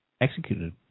executed